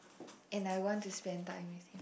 and I want to spend time with him